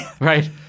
Right